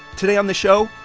today on the show,